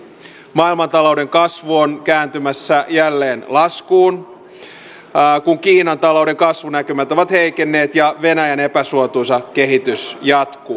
maailmantalouden kasvu on kääntymässä jälleen laskuun kun kiinan talouden kasvunäkymät ovat heikenneet ja venäjän epäsuotuisa kehitys jatkuu